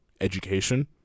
education